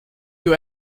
you